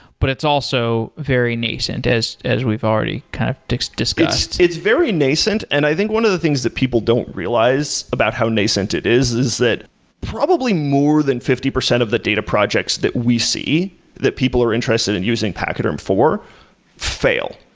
but it's also very nascent as as we've already kind of discussed. it's very nascent, and i think one of the things that people don't realize about how nascent it is, is that probably more than fifty percent of the data projects that we see that people are interested in using pachyderm for fail.